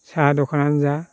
साहा दखानआनो जा